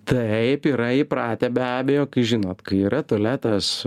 taip yra įpratę be abejo kai žinot kai yra tualetas